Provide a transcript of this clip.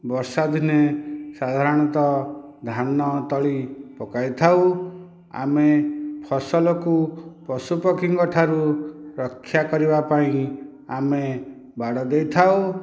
ବର୍ଷା ଦିନେ ସାଧାରଣତଃ ଧାନ ତଳି ପକାଇଥାଉ ଆମେ ଫସଲକୁ ପଶୁ ପକ୍ଷୀଙ୍କଠାରୁ ରକ୍ଷା କରିବା ପାଇଁ ଆମେ ବାଡ଼ ଦେଇଥାଉ